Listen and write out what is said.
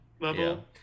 level